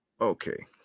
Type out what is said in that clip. Okay